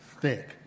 thick